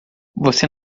você